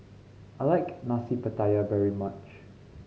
I like Nasi Pattaya very much